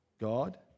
God